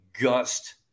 gust